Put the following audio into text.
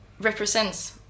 represents